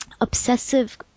obsessive